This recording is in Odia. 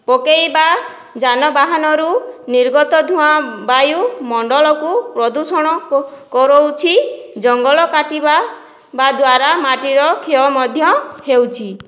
ପକେଇବା ଯାନବାହାନରୁ ନିର୍ଗତ ଧୂଆଁ ବାୟୁମଣ୍ଡଳକୁ ପ୍ରଦୂଷଣ କରାଉଛି ଜଙ୍ଗଲ କାଟିବା ବା ଦ୍ଵାରା ମାଟିର କ୍ଷୟ ମଧ୍ୟ ହେଉଛି